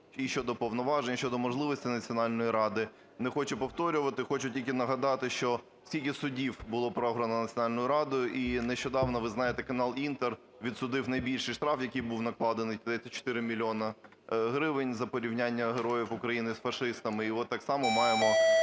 і щодо повноважень, щодо можливості Національної ради. Не хочу повторювати, хочу тільки нагадати, що стільки судів було програно Національною радою. І нещодавно, ви знаєте, канал "Інтер" відсудив найбільший штраф, який був накладений, – 34 мільйони гривень за порівняння героїв України з фашистами. І от так само маємо